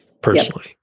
Personally